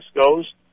goes